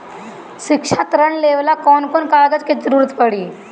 शिक्षा ऋण लेवेला कौन कौन कागज के जरुरत पड़ी?